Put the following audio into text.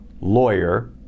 lawyer